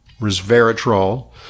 resveratrol